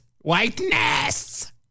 Whiteness